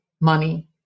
money